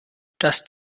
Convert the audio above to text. das